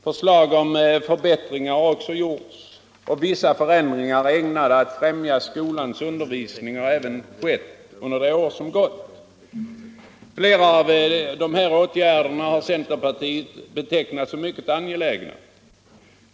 Förslag om förbättringar har också gjorts och vissa förändringar ägnade att främja skolans undervisning har även skett under de år som gått. Flera av dessa åtgärder har centerpartiet betecknat som mycket angelägna.